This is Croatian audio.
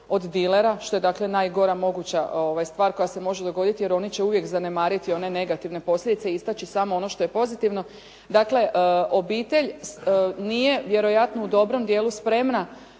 od dilera što je dakle najgora moguća stvar koja se može dogoditi, jer oni će uvijek zanemariti one negativne posljedice i istaći samo ono što je pozitivno. Dakle, obitelj nije vjerojatno u dobrom dijelu spremna